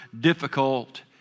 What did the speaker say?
difficult